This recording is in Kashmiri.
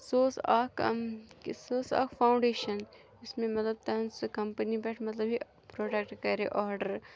سُہ اوس اکھ سُہ اوس اکھ فاونٛڈیشَن یُس مےٚ کَمپنی پیٚٹھ مَطلَب یہِ پروڈکٹہٕ کَریو آرڈَر